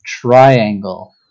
Triangle